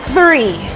Three